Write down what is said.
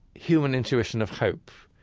human intuition of hope.